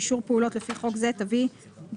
אישור פעולות לפי חוק זה תביא בחשבון